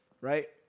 Right